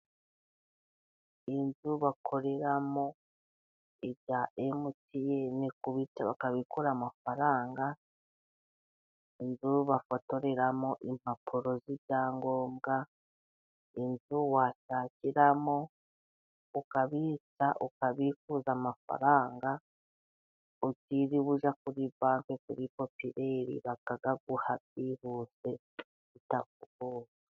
Inzu bakoreramo ibya MTN, kubitsa bakabikura amafaranga inzu bafotoreramo impapuro z'ibyangombwa, inzu washakiramo ukabitsa ukabikuza amafaranga utiriwe ujya kuri banki kuri popilele, bakayaguha byihuse bitatugoye.